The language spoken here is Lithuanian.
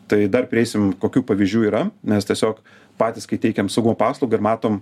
tai dar prieisim kokių pavyzdžių yra nes tiesiog patys kai teikiam saugum paslaugą ir matom